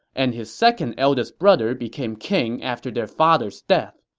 and his second eldest brother became king after their father's death.